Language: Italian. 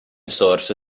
source